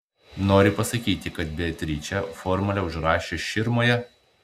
nori pasakyti kad beatričė formulę užrašė širmoje